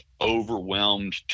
overwhelmed